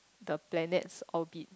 the planets' orbit